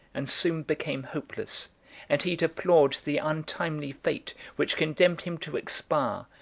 and soon became hopeless and he deplored the untimely fate, which condemned him to expire,